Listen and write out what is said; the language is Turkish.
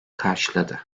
karşıladı